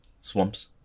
swamps